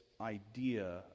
idea